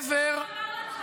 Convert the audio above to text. גם האוצר אמר שאין.